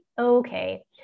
okay